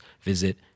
visit